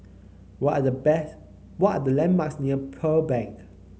what are the best what are the landmarks near Pearl Bank